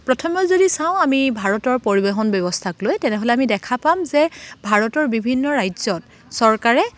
প্ৰথমে যদি চাওঁ আমি ভাৰতৰ পৰিবহন ব্যৱস্থাক লৈ তেনেহ'লে আমি দেখা পাম যে ভাৰতৰ বিভিন্ন ৰাজ্যত চৰকাৰে